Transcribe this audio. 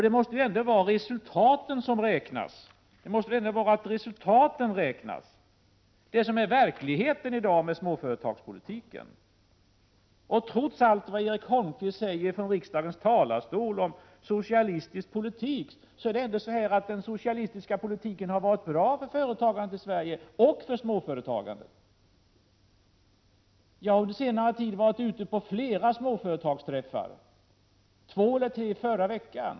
Det måste väl vara resultaten som räknas — det som i dag är verklighet när det gäller småföretagspolitiken. Trots allt vad Erik Holmkvist säger från riksdagens talarstol om den socialistiska politiken, är det ändå så att denna politik varit bra för företagarna i Sverige — även för småföretagarna. Jag har under senare tid varit ute på flera småföretagsträffar — två eller tre bara i förra veckan.